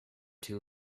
too